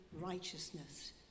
righteousness